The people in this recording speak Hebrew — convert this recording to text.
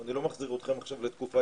ואני לא מחזיר אתכם עכשיו לתקופה